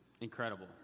incredible